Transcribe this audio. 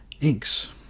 Inks